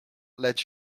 let